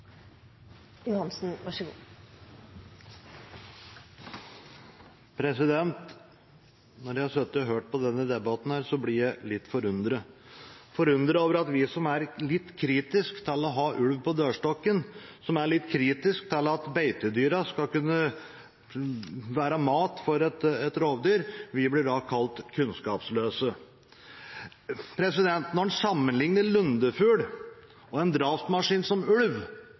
Når jeg har sittet og hørt på denne debatten, blir jeg litt forundret – forundret over at vi som er litt kritiske til å ha ulv på dørstokken, og som er litt kritiske til at beitedyra skal kunne være mat for et rovdyr, blir kalt kunnskapsløse. Når man sammenligner lundefugl og en drapsmaskin som ulv